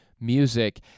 Music